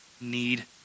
need